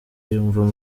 yumva